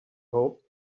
hoped